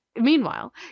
meanwhile